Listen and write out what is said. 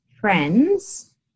friends